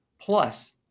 plus